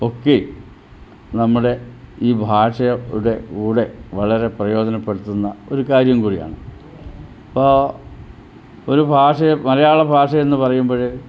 ഒക്കെ നമ്മുടെ ഈ ഭാഷയുടെ കൂടെ വളരെ പ്രയോജനപ്പെടുത്തുന്ന ഒരു കാര്യം കൂടെയാണ് അപ്പോൾ ഒരു ഭാഷയെ മലയാളഭാഷയെന്ന് പറയുമ്പോൾ